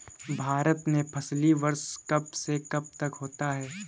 भारत में फसली वर्ष कब से कब तक होता है?